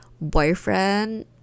boyfriend